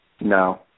No